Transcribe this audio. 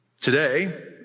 Today